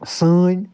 سٲنۍ